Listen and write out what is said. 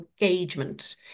engagement